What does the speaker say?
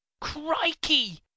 Crikey